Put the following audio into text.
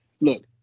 Look